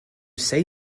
say